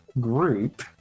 group